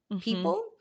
People